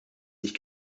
sich